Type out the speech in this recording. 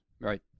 Right